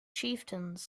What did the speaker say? chieftains